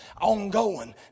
ongoing